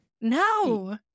No